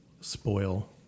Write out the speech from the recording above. spoil